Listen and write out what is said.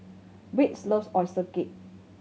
Wade's loves oyster cake